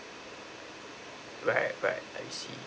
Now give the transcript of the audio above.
right right I see